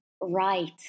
right